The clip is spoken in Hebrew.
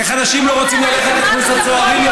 ואיך אנשים לא רוצים ללכת לקורס הצוערים,